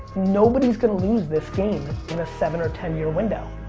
nobody's gonna lose this game in a seven or ten year window.